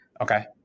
okay